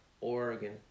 Oregon